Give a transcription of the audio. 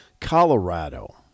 Colorado